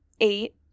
eight